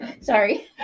sorry